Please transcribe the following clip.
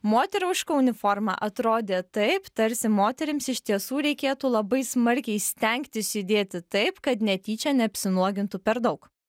moteriška uniforma atrodė taip tarsi moterims iš tiesų reikėtų labai smarkiai stengtis judėti taip kad netyčia neapsinuogintų per daug